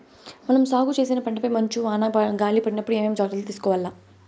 మనం సాగు చేసిన పంటపై మంచు, వాన, గాలి పడినప్పుడు ఏమేం జాగ్రత్తలు తీసుకోవల్ల?